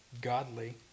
godly